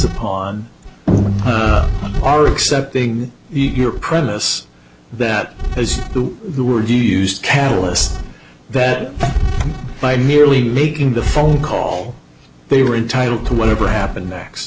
upon our accepting your premise that as to the word you used catalyst that by merely making the phone call they were entitled to whatever happened next